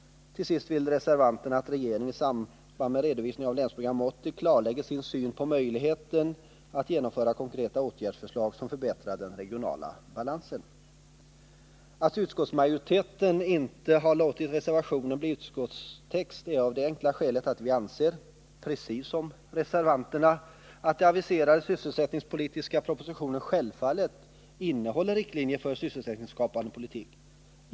Till sist vill reservanterna att regeringen i samband med redovisning av Länsprogram 80 klarlägger sin syn på möjligheterna att genomföra konkreta åtgärdsförslag som förbättrar den regionala balansen. Att utskottsmajoriteten inte har låtit reservationen bli utskottstext är av det enkla skälet att vi anser, precis som reservanterna, att den aviserade sysselsättningspolitiska propositionen självfallet innehåller riktlinjer för en sysselsättningsskapande politik.